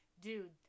dude